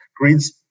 Greens